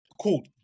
cool